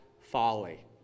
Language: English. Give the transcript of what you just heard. folly